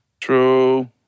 True